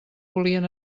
volien